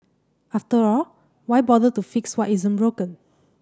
after all why bother to fix what isn't broken